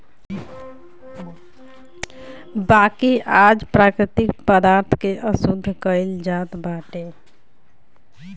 बाकी आज प्राकृतिक पदार्थ के अशुद्ध कइल जात बाटे